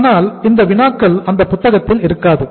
ஆனால் இந்த வினாக்கள் அந்த புத்தகத்தில் இருக்காது